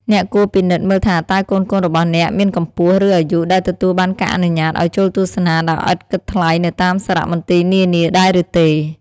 អ្នកគួរពិនិត្យមើលថាតើកូនៗរបស់អ្នកមានកម្ពស់ ឬអាយុដែលទទួលបានការអនុញ្ញាតឱ្យចូលទស្សនាដោយឥតគិតថ្លៃនៅតាមសារមន្ទីរនានាដែរឬទេ។